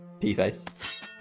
P-face